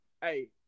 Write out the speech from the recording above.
hey